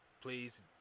Please